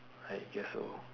I guess so